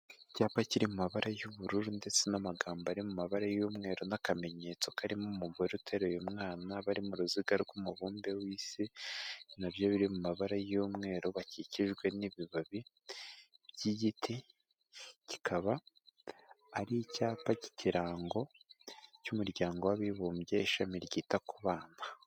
Icyapa kiri mu mabara y'ubururu ndetse n'amagambo ari mu mabara y'umweru n'akamenyetso karimo umugore uteye umwana bari mu ruziga rw'umubumbe w'isi, nabyo biri mu mabara y'umweru bakikijwe n'ibibabi by'igiti, kikaba ari icyapa cy'ikirango cy'umuryango w'abibumbye ishami ryita ku bana.